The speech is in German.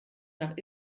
nach